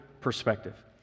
perspective